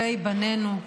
טובי בנינו,